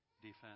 defense